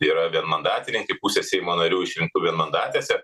yra vienmandatininkai pusę seimo narių išrinktų vienmandatėse